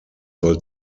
soll